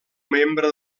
membre